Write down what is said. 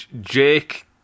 Jake